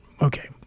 Okay